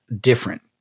different